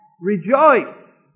Rejoice